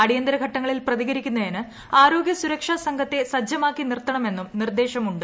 അടിയന്തിര ഘട്ടങ്ങളിൽ പ്രതികരിക്കുന്നതിന് ആരോഗ്യ സുരക്ഷാ സംഘത്തെ സജ്ജമാക്കി നിർത്തണമെന്നും നിർദ്ദേശമുണ്ട്